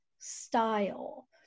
style